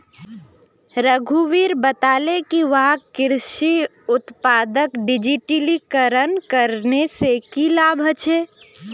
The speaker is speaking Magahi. रघुवीर बताले कि वहाक कृषि उत्पादक डिजिटलीकरण करने से की लाभ ह छे